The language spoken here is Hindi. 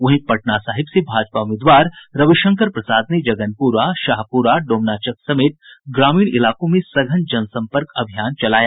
वहीं पटना साहिब से भाजपा उम्मीदवार रविशंकर प्रसाद ने जगनपुरा शाहपुरा डोमनाचक समेत ग्रामीण इलाकों में सघन जनसंपर्क अभियान चलाया